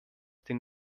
den